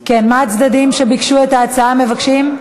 כן, מה הצדדים שביקשו את ההצעה מבקשים?